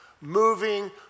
moving